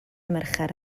mercher